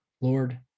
Lord